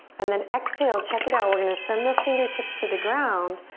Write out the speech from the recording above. and then exhale, check it out, we're gonna send the fingertips to the ground.